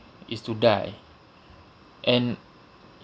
is to die and